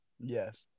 Yes